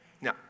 Now